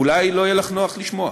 אולי לא יהיה לך נוח לשמוע,